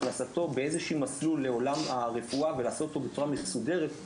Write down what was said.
הכנסתו באיזשהו מסלול לעולם הרפואה ולעשות אותו בצורה מסודרת,